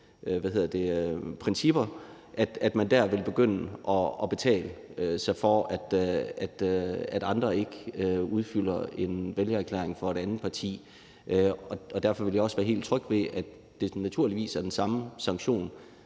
principper, vil begynde at betale sig til, at andre ikke udfylder vælgererklæringer for et andet parti. Derfor vil jeg også være helt tryg ved, at det naturligvis er den samme sanktion,